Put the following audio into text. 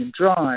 Drive